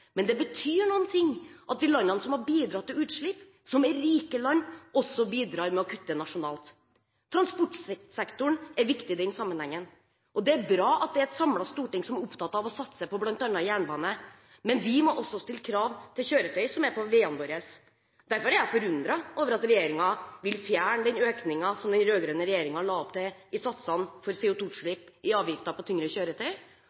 men det betyr noe at de landene som har bidratt til utslipp, som er rike land, også bidrar med å kutte nasjonalt. Transportsektoren er viktig i denne sammenheng. Det er bra at det er et samlet storting som er opptatt av å satse på bl.a. jernbane. Men vi må også stille krav til kjøretøy som er på veiene våre. Derfor er jeg forundret over at regjeringen vil fjerne den økningen i satsene for CO2-utslipp i avgiften på tyngre kjøretøy som den rød-grønne regjeringen la opp til.